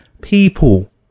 people